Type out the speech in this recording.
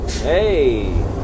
Hey